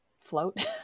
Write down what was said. float